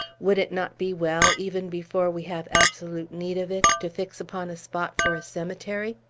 would it not be well, even before we have absolute need of it, to fix upon a spot for a cemetery?